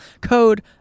code